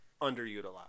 underutilized